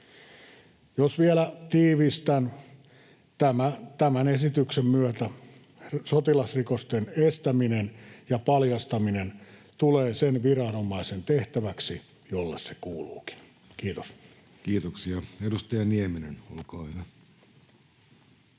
Jos vielä tiivistän: tämän esityksen myötä sotilasrikosten estäminen ja paljastaminen tulee sen viranomaisen tehtäväksi, jolle se kuuluukin. — Kiitos. [Speech